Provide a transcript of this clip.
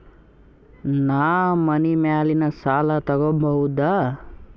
ನಾ ಮನಿ ಮ್ಯಾಲಿನ ಸಾಲ ತಗೋಬಹುದಾ?